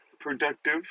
productive